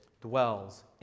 dwells